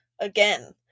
again